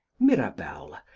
mirabell,